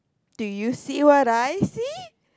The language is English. do you see what I see